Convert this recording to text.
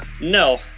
No